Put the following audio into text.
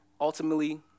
Ultimately